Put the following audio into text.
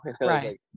right